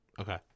Okay